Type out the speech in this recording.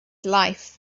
life